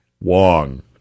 Wong